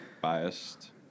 biased